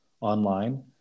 online